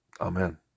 Amen